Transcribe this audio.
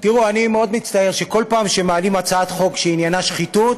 אני מאוד מצטער שבכל פעם שמעלים הצעת חוק שעניינה שחיתות,